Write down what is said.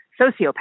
sociopath